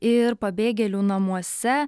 ir pabėgėlių namuose